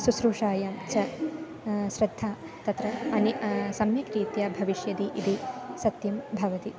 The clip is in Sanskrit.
शुश्रूषायां च श्रद्धा तत्र अन्ये सम्यक् रीत्या भविष्यति इति सत्यं भवति